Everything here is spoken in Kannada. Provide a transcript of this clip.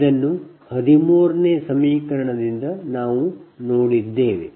ಇದನ್ನು 13 ನೇ ಸಮೀಕರಣದಿಂದ ನಾವು ನೋಡಿದ್ದೇವೆ